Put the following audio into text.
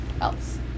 else